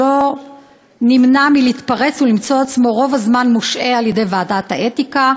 שלא נמנע מלהתפרץ ולמצוא עצמו רוב הזמן מושעה על-ידי ועדת האתיקה,